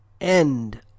end